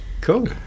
Cool